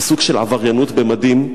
בסוג של עבריינות במדים,